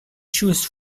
shoes